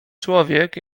człowiek